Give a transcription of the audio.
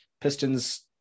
Pistons